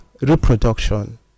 reproduction